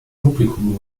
publikum